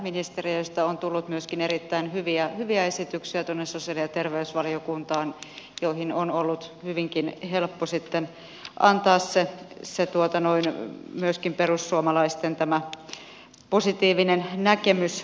ministeriöistä on tullut sosiaali ja terveysvaliokuntaan myöskin erittäin hyviä esityksiä joihin on ollut hyvinkin helppo sitten antaa myöskin perussuomalaisten positiivinen näkemys